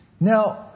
Now